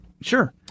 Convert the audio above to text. Sure